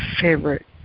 favorite